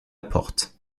porte